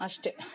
ಅಷ್ಟೇ